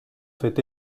fait